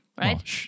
right